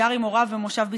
גר עם הוריו במושב ביצרון,